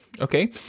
okay